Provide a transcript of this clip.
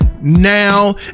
now